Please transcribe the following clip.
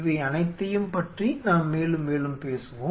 இவை அனைத்தையும் பற்றி நாம் மேலும் மேலும் பேசுவோம்